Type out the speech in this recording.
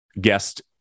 guest